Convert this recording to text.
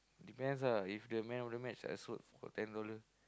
depends ah if the man of the match I sold for ten dollar